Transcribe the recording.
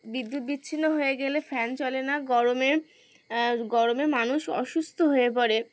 বিদ্যুৎ বিচ্ছিন্ন হয়ে গেলে ফ্যান চলে না গরমে গরমে মানুষ অসুস্থ হয়ে পড়ে